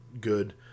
good